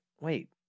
wait